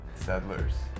Settlers